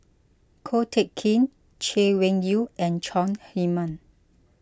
Ko Teck Kin Chay Weng Yew and Chong Heman